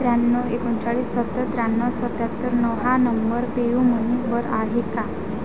त्र्याण्णव एकोणचाळीस सत्तर त्र्याण्णव सत्त्याहत्तर नऊ हा नंबर पेयूमनीवर आहे का